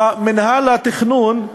במינהל התכנון,